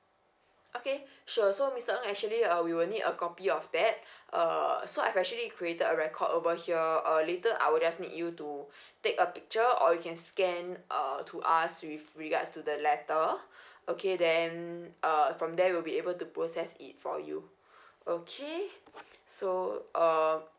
okay sure so mister ng actually uh we will need a copy of that err so I've actually created a record over here uh later I will just need you to take a picture or you can scan err to us with regards to the letter okay then err from there we'll be able to process it for you okay so um